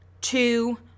two